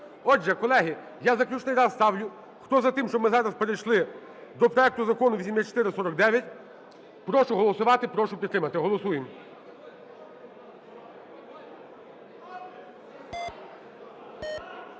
Отже, колеги, я заключний раз ставлю. Хто за те, щоб ми зараз перейшли до проекту Закону 8449, прошу голосувати, прошу підтримати. Голосуємо.